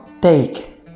take